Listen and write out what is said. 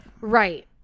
Right